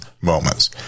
moments